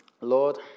Lord